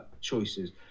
choices